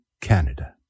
Canada